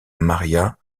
maria